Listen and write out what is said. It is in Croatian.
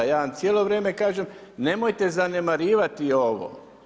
Ja vam cijelo vrijeme kažem nemojte zanemarivati ovo.